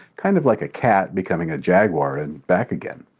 kind of like a cat becoming a jaguar and back again.